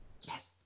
yes